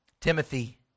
Timothy